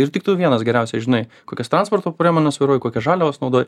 ir tik tu vienas geriausiai žinai kokias transporto priemones vairuoji kokias žaliavas naudoji